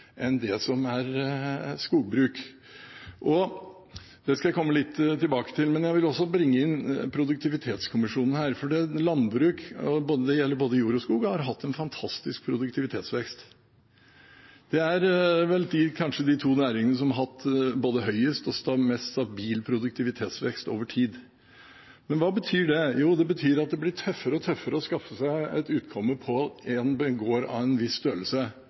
enn skogbruk. Det skal jeg komme litt tilbake til, men jeg vil også bringe inn produktivitetskommisjonen her. Landbruk – og det gjelder både jord og skog – har hatt en fantastisk produktivitetsvekst. Det er kanskje de to næringene som har hatt både høyest og mest stabil produktivitetsvekst over tid. Men hva betyr det? Jo, det betyr at det blir tøffere og tøffere å skaffe seg et utkomme på en gård av en viss størrelse.